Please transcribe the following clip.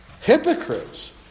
hypocrites